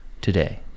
today